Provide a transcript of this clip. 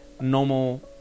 normal